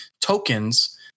tokens